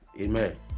Amen